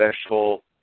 special